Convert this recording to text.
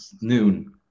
Noon